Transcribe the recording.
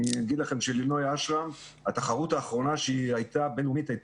אני אגיד לכם שהתחרות הבינלאומית האחרונה שהיא השתתפה